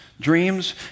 Dreams